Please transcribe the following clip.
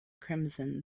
crimson